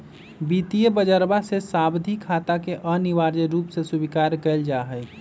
वित्तीय बजरवा में सावधि खाता के अनिवार्य रूप से स्वीकार कइल जाहई